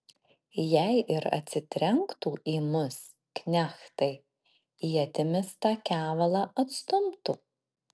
jei ir atsitrenktų į mus knechtai ietimis tą kevalą atstumtų